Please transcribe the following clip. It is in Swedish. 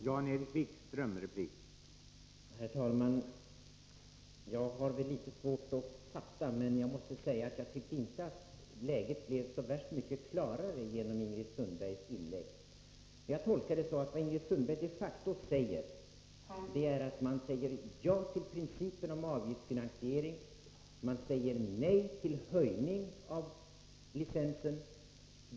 Herr talman! Jag har väl litet svårt att fatta, men jag tycker inte att läget blev så värst mycket klarare genom Ingrid Sundbergs inlägg. Jag tolkar Ingrid Sundbergs inlägg på ett sådant sätt att det hon de facto menar är att moderata samlingspartiet säger ja till principen om avgiftsfinansiering, men säger nej till höjning av licensen.